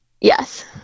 Yes